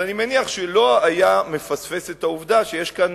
אז אני מניח שלא היה מפספס את העובדה שיש כאן